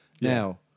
Now